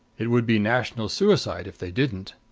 it would be national suicide if they didn't.